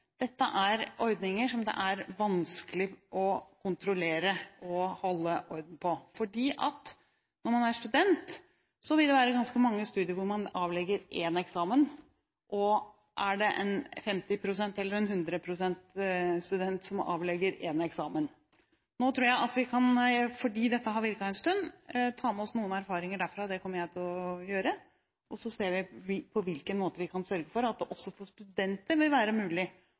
dette er en ordning som det er vanskelig å kontrollere og holde orden på. Når man er student, vil det være ganske mange studier hvor man avlegger en eksamen – og er det en 50 pst. eller en 100 pst. student som avlegger en eksamen? Fordi dette har virket en stund, tror jeg vi kan ta med oss noen erfaringer derfra – det kommer jeg til å gjøre – og så ser vi på på hvilken måte vi kan sørge for at det også for studenter vil være mulig